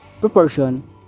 proportion